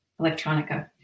electronica